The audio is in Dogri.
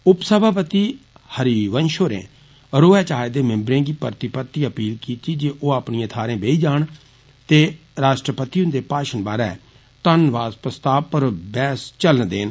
उपसभापति हरिवंष होरें रोह च आए दे मिम्बरें गी परती परतिये अपील कीती जे ओ अपनियें थाहरें बेई जान ते रॉश्ट्रपति हुन्दे भाशण बारै धन्नवाद प्रस्ताव पर बैहस चलन देन